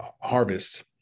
harvest